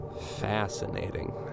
Fascinating